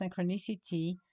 synchronicity